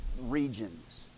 regions